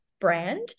brand